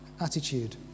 attitude